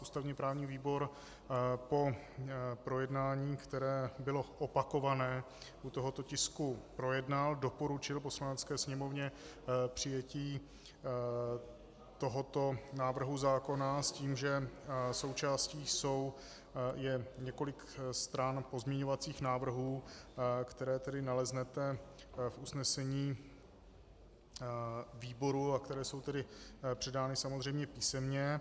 Ústavněprávní výbor po projednání, které bylo opakované u tohoto tisku, projednal a doporučil Poslanecké sněmovně přijetí tohoto návrhu zákona s tím, že součástí je několik stran pozměňovacích návrhů, které naleznete v usnesení výboru a které jsou předány samozřejmě písemně.